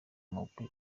mugwi